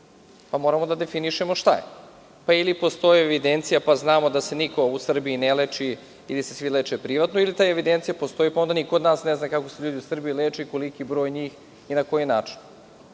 Moramo da definišemo šta je. Ili postoji evidencija pa znamo da se niko u Srbiji ne leči, ili se svi leče privatno, ili ta evidencija postoji pa onda niko od nas ne zna kako se ti ljudi u Srbiji leče, koliki je njihov broj i na koji način?